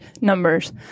numbers